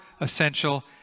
essential